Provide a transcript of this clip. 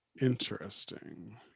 Interesting